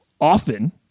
often